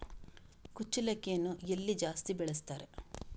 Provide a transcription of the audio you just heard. ಕುಚ್ಚಲಕ್ಕಿಯನ್ನು ಎಲ್ಲಿ ಜಾಸ್ತಿ ಬೆಳೆಸ್ತಾರೆ?